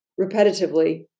repetitively